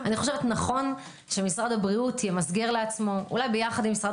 נכון שמשרד הבריאות ימסגר לעצמו אולי יחד עם משרד